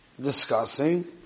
discussing